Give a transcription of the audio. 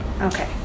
Okay